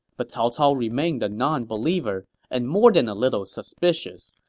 but cao cao remained a nonbeliever and more than a little suspicious.